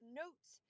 notes